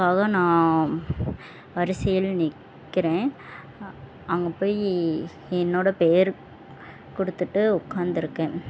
காக நான் வரிசையில் நிற்கிறேன் அ அங்கே போய் என்னோடய பேர் கொடுத்துட்டு உட்கார்ந்திருக்கேன்